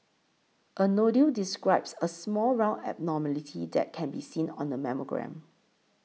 a nodule describes a small round abnormality that can be seen on a mammogram